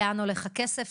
לאן הולך הכסף,